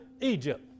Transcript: Egypt